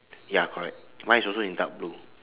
ya correct mine is also in dark blue